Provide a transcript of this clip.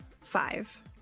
Five